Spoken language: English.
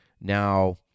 Now